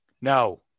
No